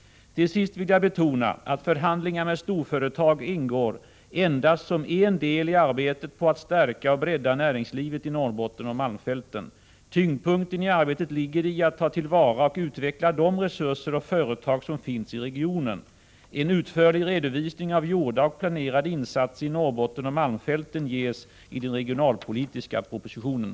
Till sist vill jag betona att förhandlingar med storföretag ingår endast som en del i arbetet på att stärka och bredda näringslivet i Norrbotten och malmfälten. Tyngdpunkten i arbetet ligger på att ta till vara och utveckla de resurser och företag som finns i regionen. En utförlig redovisning av gjorda och planerade insatser i Norrbotten och malmfälten ges i den regionalpolitiska propositionen.